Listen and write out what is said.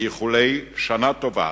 באיחולי שנה טובה